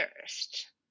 first